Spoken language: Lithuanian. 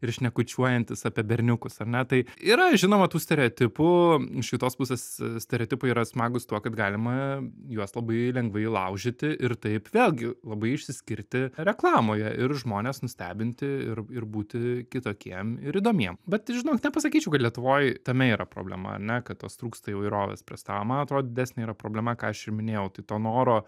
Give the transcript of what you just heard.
ir šnekučiuojantis apie berniukus ar ne tai yra žinoma tų stereotipų iš kitos pusės stereotipai yra smagūs tuo kad galima juos labai lengvai laužyti ir taip vėlgi labai išsiskirti reklamoje ir žmones nustebinti ir ir būti kitokiem ir įdomiem bet žinok nepasakyčiau kad lietuvoj tame yra problema ar ne kad tos trūksta įvairovės prie stalo man atrodo didesnė yra problema ką aš ir minėjau tai to noro